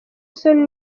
isoni